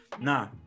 Nah